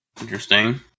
Interesting